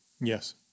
Yes